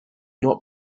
not